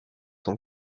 cent